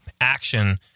action